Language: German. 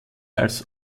als